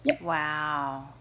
Wow